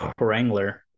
Wrangler